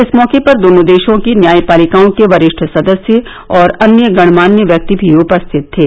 इस मैके पर दोनों देशों की न्यायपालिकाओं के वरिष्ठ सदस्य और अन्य गण्यमान्य व्यक्ति भी उपस्थित थे